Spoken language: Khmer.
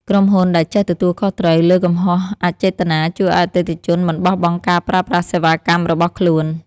ក្រុមហ៊ុនដែលចេះទទួលខុសត្រូវលើកំហុសអចេតនាជួយឱ្យអតិថិជនមិនបោះបង់ការប្រើប្រាស់សេវាកម្មរបស់ខ្លួន។